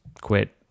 quit